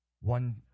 One